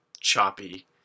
choppy